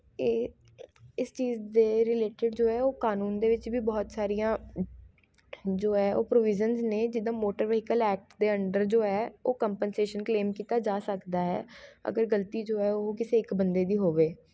ਇਹ ਇਸ ਚੀਜ਼ ਦੇ ਰਿਲੇਟਿਡ ਜੋ ਹੈ ਉਹ ਕਾਨੂੰਨ ਦੇ ਵਿੱਚ ਵੀ ਬਹੁਤ ਸਾਰੀਆਂ ਜੋ ਹੈ ਉਹ ਪ੍ਰੋਵੀਜ਼ਨਜ਼ ਨੇ ਜਿਦਾਂ ਮੋਟਰ ਵਹੀਕਲ ਐਕਟ ਦੇ ਅੰਡਰ ਜੋ ਹੈ ਉਹ ਕੰਪਨਸੇਸ਼ਨ ਕਲੇਮ ਕੀਤਾ ਜਾ ਸਕਦਾ ਹੈ ਅਗਰ ਗਲਤੀ ਜੋ ਹੈ ਉਹ ਕਿਸੇ ਇੱਕ ਬੰਦੇ ਦੀ ਹੋਵੇ